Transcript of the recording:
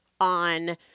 on